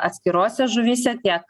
atskirose žuvyse tiek